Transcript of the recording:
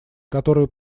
которые